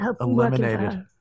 eliminated